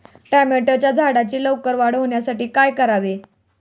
टोमॅटोच्या झाडांची लवकर वाढ होण्यासाठी काय करावे?